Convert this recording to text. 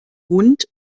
hund